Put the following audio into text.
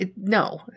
No